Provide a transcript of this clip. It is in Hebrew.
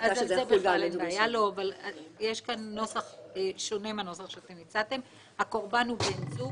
אין בעיה אבל יש כאן נוסח שונה מהנוסח שאתם הצעתם : "הקורבן הוא בן זוג,